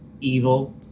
evil